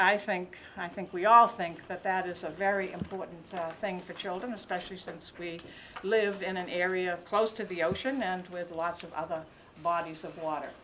i think i think we all think that that is a very important thing for children especially since we live in an area close to the ocean and with lots of other bodies of water